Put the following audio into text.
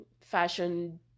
fashion